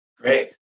Great